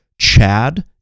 chad